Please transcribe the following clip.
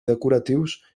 decoratius